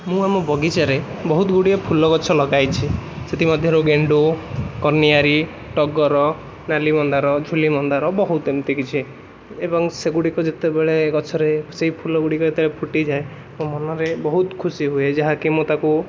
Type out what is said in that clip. ମୁଁ ଆମ ବଗିଚାରେ ବହୁତ ଗୁଡ଼ିଏ ଫୁଲଗଛ ଲଗାଇଛି ସେଥିମଧ୍ୟରୁ ଗେଣ୍ଡୁ କନିଆରୀ ଟଗର ନାଲିମନ୍ଦାର ଝୁଲିମନ୍ଦାର ବହୁତ ଏମିତି କିଛି ଏବଂ ସେଗୁଡ଼ିକ ଯେତେବେଳେ ଗଛରେ ସେଇ ଫୁଲଗୁଡ଼ିକ ଯେତେବେଳେ ଫୁଟିଯାଏ ମୋ ମନରେ ବହୁତ ଖୁସି ହୁଏ ଯାହାକି ମୁଁ ତାକୁ